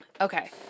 okay